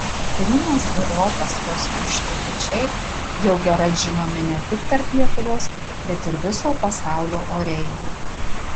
rimas ir rokas kostiuškevičiai jau gerai žinomi ne tik tarp lietuvos bet ir viso pasaulio oreivių